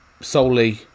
solely